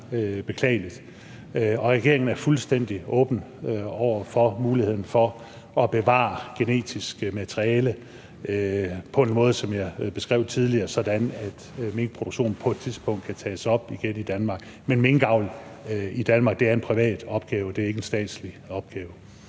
beklageligt. Regeringen er fuldstændig åben over for muligheden for at bevare genetisk materiale på en måde, som jeg beskrev tidligere, sådan at minkproduktionen på et tidspunkt igen kan tages op i Danmark. Men minkavl i Danmark er en privat opgave; det er ikke en statslig opgave.